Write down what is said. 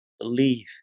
believe